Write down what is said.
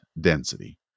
density